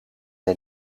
hij